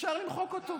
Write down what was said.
אפשר למחוק אותו.